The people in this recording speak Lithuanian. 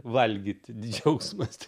valgyti džiaugsmas